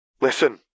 Listen